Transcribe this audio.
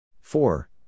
four